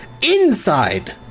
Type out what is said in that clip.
inside